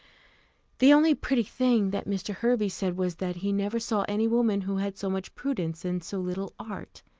the only pretty thing that mr. hervey said was, that he never saw any woman who had so much prudence and so little art,